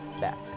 back